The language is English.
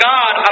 God